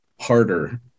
harder